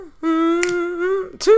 two